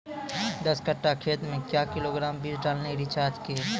दस कट्ठा खेत मे क्या किलोग्राम बीज डालने रिचा के?